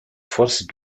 forces